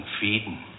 feeding